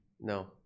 No